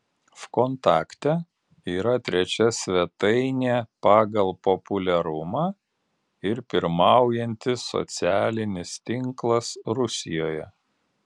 vkontakte yra trečia svetainė pagal populiarumą ir pirmaujantis socialinis tinklas rusijoje